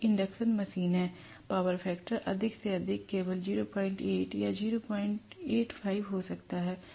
क्योंकि induction machine है power factor अधिक से अधिक केवल 08 या 085 हो सकता है